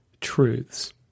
truths